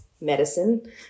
medicine